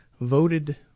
voted